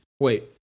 Wait